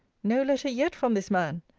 no letter yet from this man!